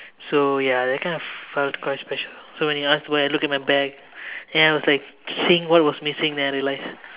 so ya that kind of felt quite special so when you asked why I looked in my bag ya I was like seeing what was missing then I realise